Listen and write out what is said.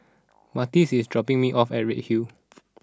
Martez is dropping me off at Redhill